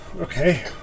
Okay